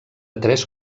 tres